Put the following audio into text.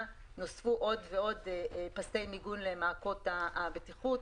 נוספו עוד ועוד פסי מיגון למעקות הבטיחות.